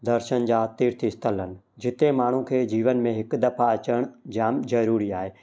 दर्शन जा तीर्थ स्थल आहिनि जिते माण्हू खे जीवन में हिकु दफ़ा अचणु जाम ज़रूरी आहे